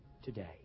today